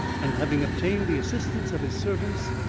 and having obtained the assistance of his servants,